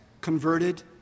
converted